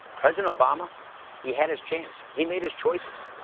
president obama he had his chance. he made his choices.